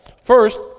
First